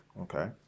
Okay